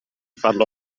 farlo